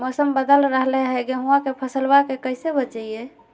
मौसम बदल रहलै है गेहूँआ के फसलबा के कैसे बचैये?